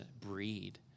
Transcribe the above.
breed